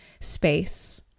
space